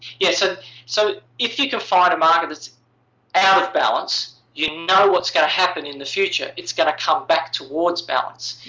yeah ah so, if you can find a market that's out of balance, you know what's going to happen in the future. it's going to come back towards balance.